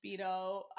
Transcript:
Speedo